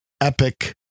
epic